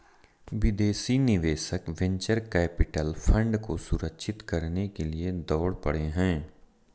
विदेशी निवेशक venture capital fund को सुरक्षित करने के लिए दौड़ पड़े हैं